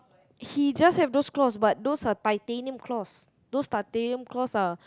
he just has those claws but those are titanium claws those titanium claws are